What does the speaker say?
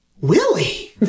Willie